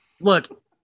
look